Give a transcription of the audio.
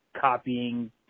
copying